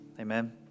Amen